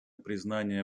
признание